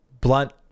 blunt